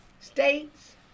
States